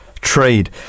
trade